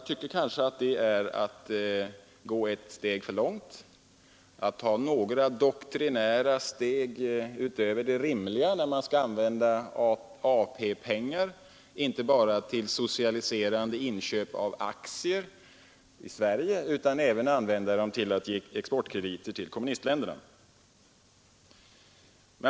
Men det är väl att gå några doktrinära steg utöver det rimliga att använda AP-pengar inte bara till socialiserande inköp av aktier i Sverige utan även till exportkrediter till kommunistländerna.